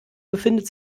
befindet